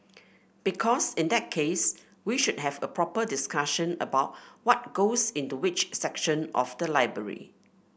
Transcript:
because in that case we should have a proper discussion about what goes into which section of the library